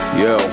yo